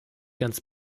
ganz